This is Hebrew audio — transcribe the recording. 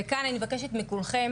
וכאן אני מבקשת מכולכם